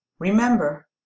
Remember